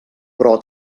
però